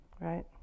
right